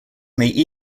may